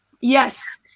yes